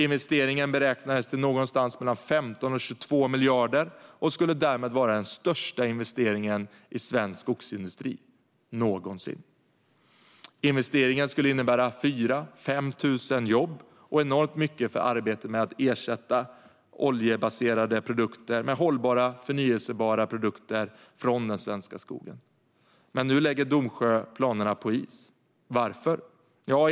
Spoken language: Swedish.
Investeringen beräknades till någonstans mellan 15 och 22 miljarder och skulle därmed vara den största investeringen i svensk skogsindustri någonsin. Investeringen skulle innebära 4 000-5 000 jobb och enormt mycket för arbetet att ersätta oljebaserade produkter med hållbara, förnybara produkter från den svenska skogen. Men nu lägger Domsjö planerna på is. Varför?